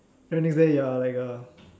then next day you are like a